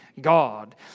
God